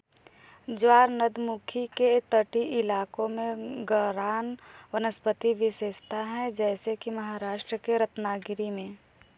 ज्वारनदमुखी के तटीय इलाकों में गरान वनस्पति विशेषता है जैसे कि महाराष्ट्र के रत्नागिरी में